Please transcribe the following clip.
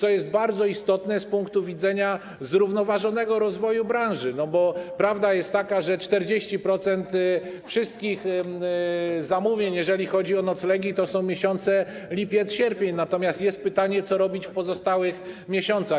To jest bardzo istotne z punktu widzenia zrównoważonego rozwoju branży, bo prawda jest taka, że 40% wszystkich zamówień, jeżeli chodzi o noclegi, to są lipiec i sierpień, natomiast jest pytanie, co robić w pozostałych miesiącach.